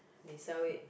they sell it